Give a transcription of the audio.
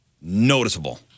Noticeable